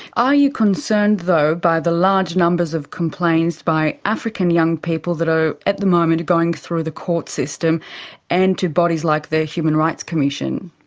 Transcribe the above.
are you concerned though by the large numbers of complaints by african young people that are at the moment going through the court system and to bodies like the human rights commission?